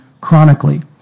chronically